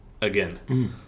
again